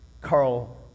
Carl